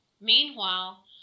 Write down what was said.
Meanwhile